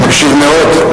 אני מקשיב מאוד.